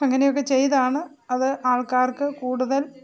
അങ്ങനെയൊക്കെ ചെയ്താണ് അത് ആൾക്കാർക്ക് കൂടുതൽ